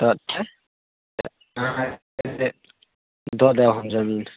तऽ छै दऽ देब हम जमीन